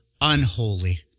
unholy